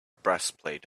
breastplate